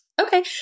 okay